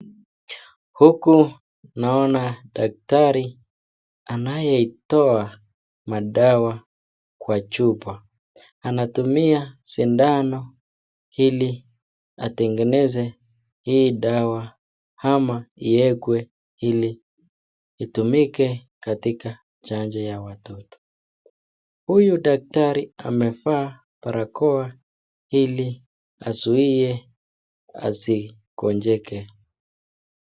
Huku naona daktari anayetoa dawa Kwa chupa anatumia sindano hili atengeneze hii dawa ama iwekwe hili itumike chanjo ya watoto, huyu daktari amevaa barakoa hili azuie asigonjeke.